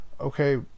okay